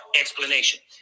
explanation